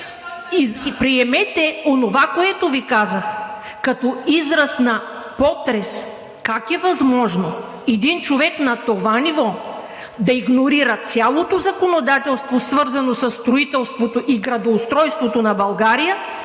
приемете онова, което Ви казах, като израз на потрес: как е възможно един човек на това ниво да игнорира цялото законодателство, свързано със строителството и градоустройството на България,